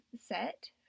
set